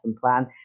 plan